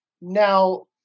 Now